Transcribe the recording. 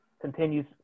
Continues